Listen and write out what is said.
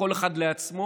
כל אחד לעצמו?